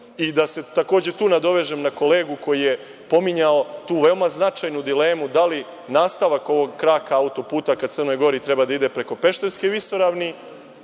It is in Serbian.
da se tu nadovežem na kolegu koji je pominjao tu veoma značajnu dilemu da li nastavak ovog kraka auto-puta ka Crnoj Gori treba da ide preko Pešterske visoravni,